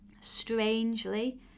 Strangely